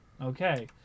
Okay